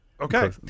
Okay